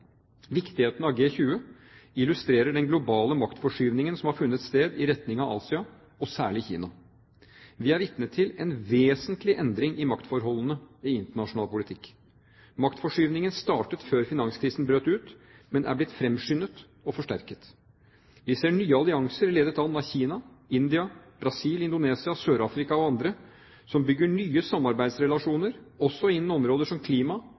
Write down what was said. Viktigheten av G20 illustrerer den globale maktforskyvningen som har funnet sted i retning av Asia, og særlig Kina. Vi er vitne til en vesentlig endring i maktforholdene i internasjonal politikk. Maktforskyvningen startet før finanskrisen brøt ut, men er blitt fremskyndet og forsterket. Vi ser nye allianser, ledet an av Kina, India, Brasil, Indonesia, Sør-Afrika og andre, som bygger nye samarbeidsrelasjoner – også innen områder som klima,